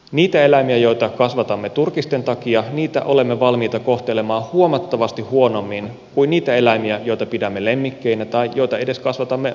niitä eläimiä joita kasvatamme turkisten takia olemme valmiit kohtelemaan huomattavasti huonommin kuin niitä eläimiä joita pidämme lemmikkeinä tai joita edes kasvatamme ruokaa varten